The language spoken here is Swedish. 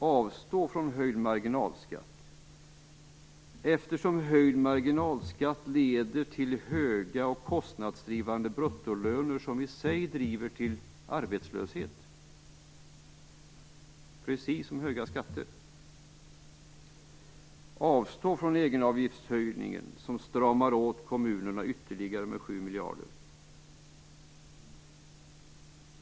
Avstå från höjd marginalskatt, eftersom höjd marginalskatt leder till höga och kostnadsdrivande bruttolöner, som i sig leder till arbetslöshet - precis som höga skatter. 10. Avstå från egenavgiftshöjningen, som stramar åt kommunerna ytterligare med 7 miljarder. 11.